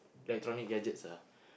electronic gadgets ah